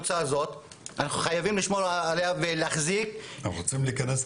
עליה ולהחזיק אותה.